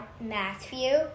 Matthew